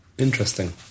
Interesting